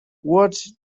what